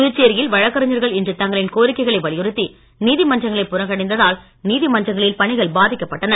புதுச்சேரியில் வழக்கறிஞர்கள் இன்று தங்களின் கோரிக்கைகளை வலியுறுத்தி நீதிமன்றங்களை புறக்கணித்த தால் நீதிமன்றங்களில் பணிகள் பாதிக்கப்பட்டன